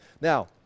Now